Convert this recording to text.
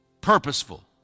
purposeful